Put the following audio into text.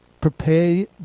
prepare